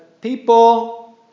people